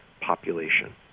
population